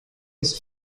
ist